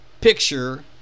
Picture